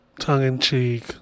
tongue-in-cheek